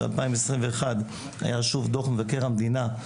ב-2021 היה שוב דו"ח מבקר המדינה,